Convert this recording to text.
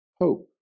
hope